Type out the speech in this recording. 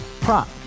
prop